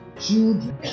children